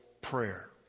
prayer